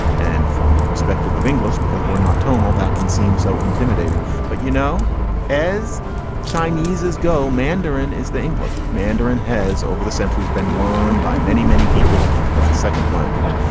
and from the perspective of english because we're not tonal that can seem so intimidating but you know as chinese is go mandarin is the english mandarin has over the centuries been learned by many many people as a second language.